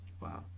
wow